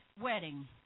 wedding